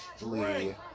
Lee